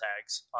tags